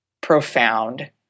profound